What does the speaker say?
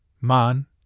Man